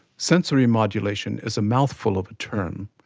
sensory modulation is a mouthful of a term,